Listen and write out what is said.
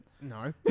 No